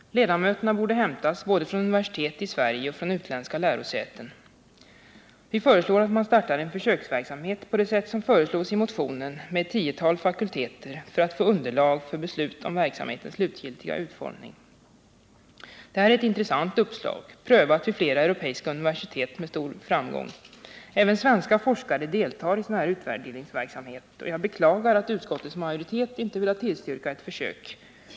Ledamöterna borde hämtas både från universitet i Sverige och från utländska lärosäten. Vi föreslår att man startar en försöksverksamhet på det sätt som föreslås i motionen med ett tiotal fakulteter för att få underlag för beslut om verksamhetens slutgiltiga utformning. Det här är ett intressant uppslag, prövat vid flera europeiska universitet med stor framgång. Även svenska forskare deltar i sådan utvärderingsverk samhet. Jag beklagar att utskottets majoritet inte velat tillstyrka ett försök.